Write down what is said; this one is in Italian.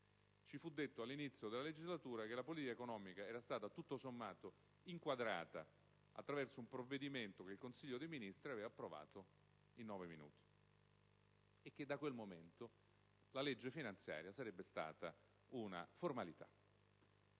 Ci fu detto all'inizio della legislatura che la politica economica era stata, tutto sommato, inquadrata attraverso un provvedimento che il Consiglio dei ministri aveva approvato in nove minuti e che, da quel momento, la legge finanziaria sarebbe stata una formalità.